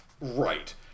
Right